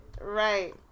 Right